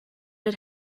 had